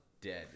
dead